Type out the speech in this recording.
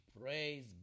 Praise